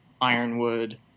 Ironwood